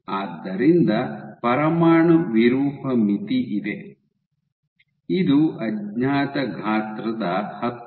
ಆದ್ದರಿಂದ ಪರಮಾಣು ವಿರೂಪ ಮಿತಿ ಇದೆ ಇದು ಅಜ್ಞಾತ ಗಾತ್ರದ ಹತ್ತು ಪ್ರತಿಶತದಷ್ಟಿದೆ